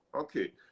Okay